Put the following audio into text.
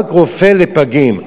רק רופא לפגים.